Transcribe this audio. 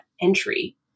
entry